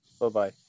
Bye-bye